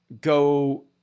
go